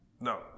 No